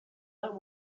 that